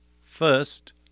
first